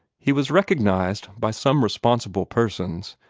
he was recognized by some responsible persons,